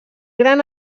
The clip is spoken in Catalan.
gran